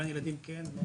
גן ילדים כן?